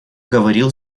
говорил